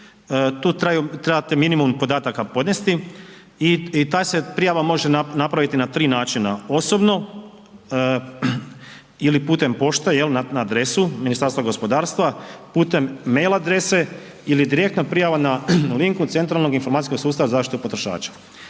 Tu trebate minimum podataka podnesti i ta se prijava može napraviti na 3 načina, osobno ili putem pošte, je li na adresu Ministarstva gospodarstva, putem mail adrese ili direktna prijava na link u Centralni informacijski sustav za zaštitu potrošača.